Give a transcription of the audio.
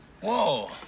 Whoa